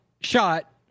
shot